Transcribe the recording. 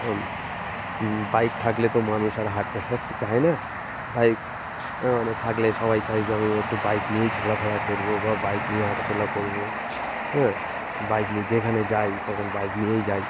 কারণ বাইক থাকলে তো মানুষ আর হাঁটতে ফাটতে চায় না বাইক মানে থাকলে সবাই চায় যে আমি একটু বাইক নিয়েই চলাফেরা করবো বা বাইক নিয়ে হাঁটাচলা করবো হ্যাঁ বাইক নিয়ে যেখানে যাই তখন বাইক নিয়েই যাই